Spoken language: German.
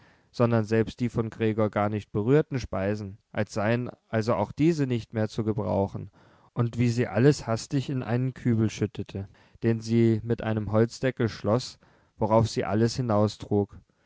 sondern selbst die von gregor gar nicht berührten speisen als seien also auch diese nicht mehr zu gebrauchen und wie sie alles hastig in einen kübel schüttete den sie mit einem holzdeckel schloß worauf sie alles